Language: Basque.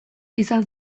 izan